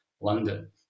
london